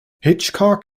hitchcock